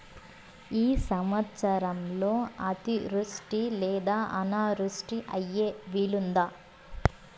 ఈ సంవత్సరంలో అతివృష్టి లేదా అనావృష్టి అయ్యే వీలుందా?